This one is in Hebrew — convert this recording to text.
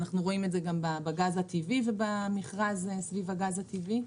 אנחנו רואים את זה בגז הטבעי ובמכרז סביב הגז הטבעי.